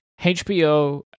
HBO